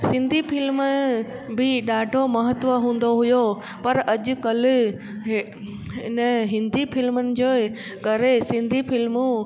Sindhi film बि ॾाढो महत्वु हूंदो हुयो पर अॼुकल्ह ही हिन हिंदी फ्लिमुनि जे करे सिंधी फ्लिमूं